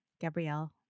Gabrielle